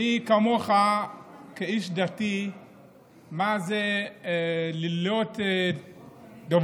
מי כמוך כאיש דתי יודע מה זה להיות דבק,